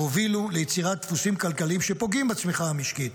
הובילו ליצירת דפוסים כלכליים הפוגעים בצמיחה המשקית.